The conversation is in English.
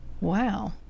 Wow